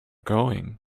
going